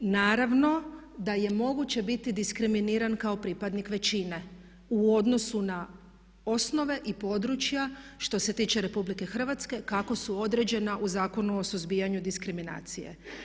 Naravno da je moguće biti diskriminiran kao pripadnik većine u odnosu na osnove i područja što se tiče RH kako su određena u Zakonu o suzbijanju diskriminacije.